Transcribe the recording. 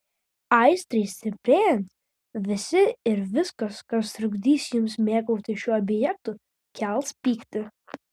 aistrai stiprėjant visi ir viskas kas trukdys jums mėgautis šiuo objektu kels pyktį